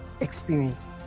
experience